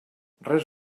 res